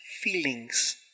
feelings